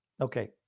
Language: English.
Okay